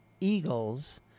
eagles